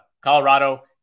Colorado